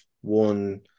one